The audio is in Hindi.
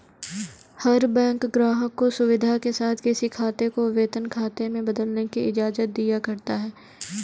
हर बैंक ग्राहक को सुविधा के साथ किसी खाते को वेतन खाते में बदलने की इजाजत दिया करता है